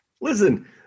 Listen